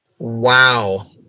Wow